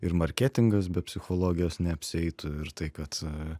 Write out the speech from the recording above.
ir marketingas be psichologijos neapsieitų ir tai kad